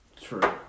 True